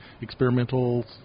experimental